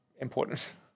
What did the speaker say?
important